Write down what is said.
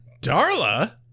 Darla